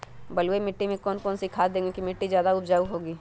बलुई मिट्टी में कौन कौन से खाद देगें की मिट्टी ज्यादा उपजाऊ होगी?